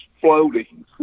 Floating